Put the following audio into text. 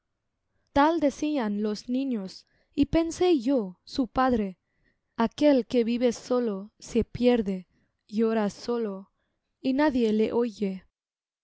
tal decían los niños y pensé yo su padre aquel que vive solo se pierde llora sólo y nadie le oye